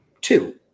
two